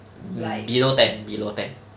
mm below ten below ten